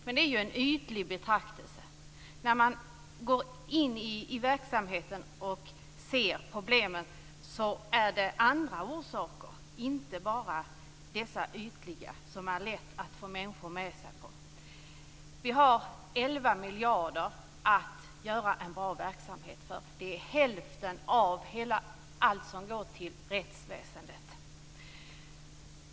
Men det är en ytlig betraktelse. När man går in i verksamheten och ser problemen, så finns det andra orsaker - inte bara dessa ytliga som det är lätt att få med sig människor på. Vi har 11 miljarder kronor att göra en bra verksamhet för. Det är hälften av alla pengar som går till rättsväsendet.